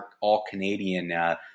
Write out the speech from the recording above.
all-Canadian